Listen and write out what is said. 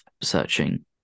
searching